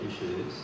issues